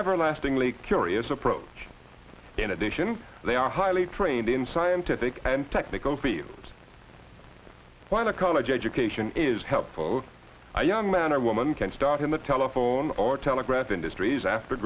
everlastingly curious approach in addition they are highly trained in scientific and technical fields while a college education is help for a young man or woman can start in the telephone or telegraph industries after